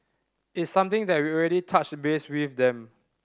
it's something that we've already touched base with them